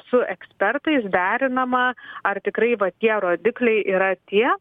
su ekspertais derinama ar tikrai va tie rodikliai yra tie